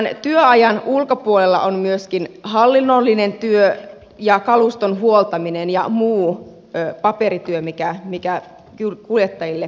tämän työajan ulkopuolella on myöskin hallinnollinen työ ja kaluston huoltaminen ja muu paperityö mikä kuljettajiin liittyy